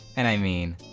and i mean.